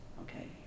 Okay